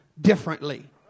differently